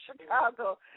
Chicago